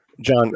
John